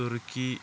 turkey